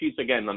again